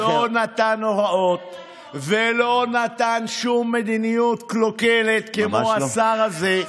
עמר בר לב לא נתן הוראות ולא נתן שום מדיניות קלוקלת כמו השר הזה.